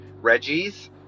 Reggie's